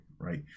right